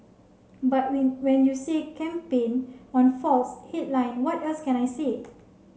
but when when you see campaign on faults headline what else can I say